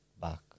back